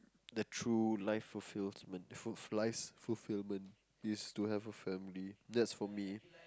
the true life fulfillment full~ life's fulfillment is to have a family